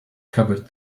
covered